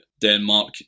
Denmark